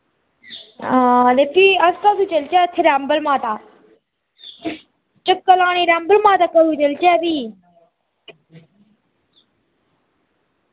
हां ते फ्ही अस कदूं चलचै उत्थे रैम्बल माता चक्कर लाने रैम्बल माता कदूं चलचै फ्ही